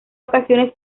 ocasiones